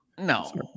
no